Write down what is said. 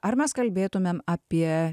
ar mes kalbėtumėm apie